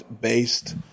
based